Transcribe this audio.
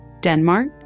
Denmark